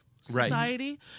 society